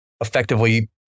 effectively